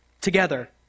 together